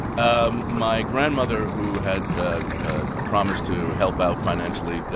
um my grandmother, who had ah had promised to help out financially,